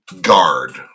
guard